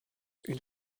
une